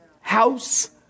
house